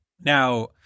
Now